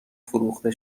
فروخته